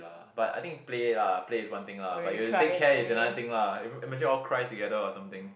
lah but I think play lah play is one thing lah but you have to take care is another thing lah ima~ imagine all cry together or something